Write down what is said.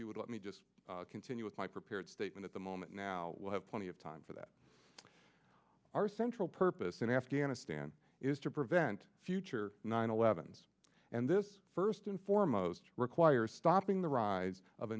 you would let me just continue with my prepared statement at the moment now will have plenty of time for that our central purpose in afghanistan is to prevent future nine eleven and this first and foremost requires stopping the rise of a